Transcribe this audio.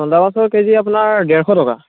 চন্দা মাছৰ কেজি আপোনাৰ ডেৰশ টকা